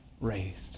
raised